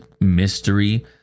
mystery